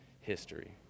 history